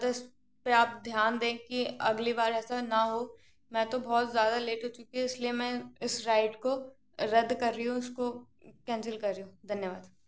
इस पर आप ध्यान दें कि अगली बार ऐसा ना हो मैं तो बहुत ज़यादा लेट हो चुकी हूँ इस लिए मैं इस राइड को रद्द कर रही हूँ इसको कैंसिल कर रही हूँ धन्यवाद